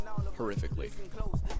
Horrifically